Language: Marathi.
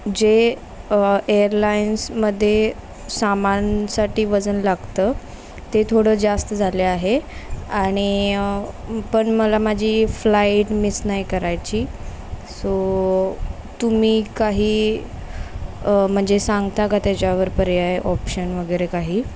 जे एअरलाइन्समध्ये सामानासाठी वजन लागतं ते थोडं जास्त झाले आहे आणि पण मला माझी फ्लाईट मिस नाही करायची सो तुम्ही काही म्हणजे सांगता का त्याच्यावर पर्याय ऑप्शन वगैरे काही